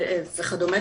וכדומה,